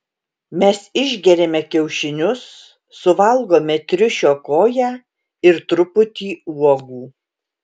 mes išgeriame kiaušinius suvalgome triušio koją ir truputį uogų